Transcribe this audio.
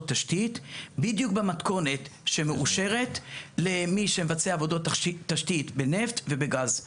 תשתית בדיוק במתכונת שמאושרת למי שמבצע עבודות תשתית בנפט ובגז,